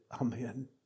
Amen